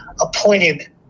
appointed